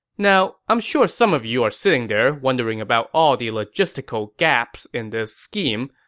now, i'm sure some of you are sitting there wondering about all the logistical gaps in this scheme,